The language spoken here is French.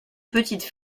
petites